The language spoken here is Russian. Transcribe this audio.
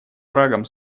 оврагам